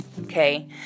okay